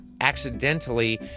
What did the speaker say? accidentally